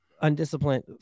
undisciplined